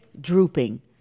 drooping